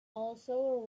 also